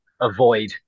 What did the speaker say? Avoid